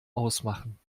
ausmachen